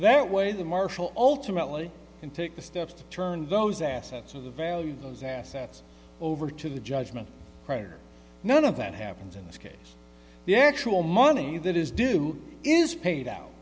that way the marshal ultimately can take the steps to turn those assets of the value of those assets over to the judgment writer none of that happens in this case the actual money that is due is paid out